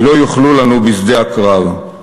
כי לא יוכלו לנו בשדה הקרב.